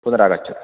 पुनरागच्छतु